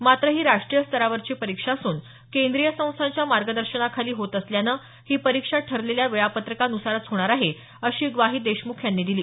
मात्र ही राष्ट्रीय स्तरावरची परीक्षा असून केंद्रीय संस्थांच्या मार्गदर्शनाखाली होत असल्यानं ही परीक्षा ठरलेल्या वेळापत्रकानुसारच होणार आहे अशी ग्वाही देशमुख यांनी दिली